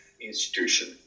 institution